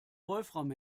wolfram